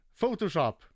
Photoshop